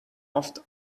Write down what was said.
oft